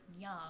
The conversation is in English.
young